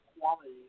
quality